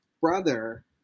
brother